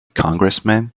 congressman